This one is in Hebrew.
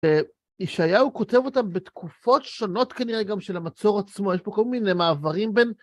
ישעיהו כותב אותם בתקופות שונות כנראה גם של המצור עצמו, יש פה כל מיני מעברים בין...